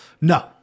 No